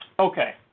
Okay